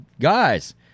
guys